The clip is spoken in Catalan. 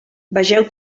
vegeu